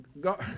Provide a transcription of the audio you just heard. God